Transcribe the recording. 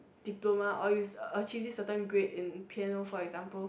diploma or you achieve this certain grade in piano for example